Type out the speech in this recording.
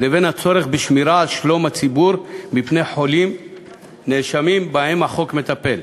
לבין הצורך בשמירה על שלום הציבור מפני חולים נאשמים שבהם החוק מטפל,